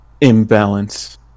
imbalance